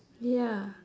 ya